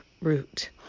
route